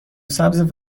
سبز